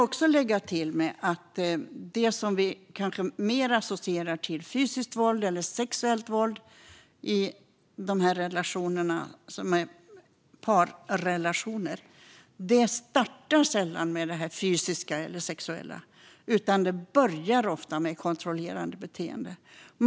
Det som vi mer associerar till fysiskt våld eller sexuellt våld i dessa parrelationer startar sällan med det fysiska eller sexuella våldet utan börjar ofta med ett kontrollerande beteende.